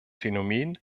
phänomen